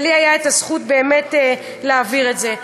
ולי הייתה באמת הזכות להעביר את זה.